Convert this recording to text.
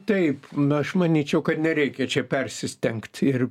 taip aš manyčiau kad nereikia čia persistengt ir